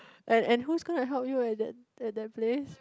and and who gonna help you at that at that place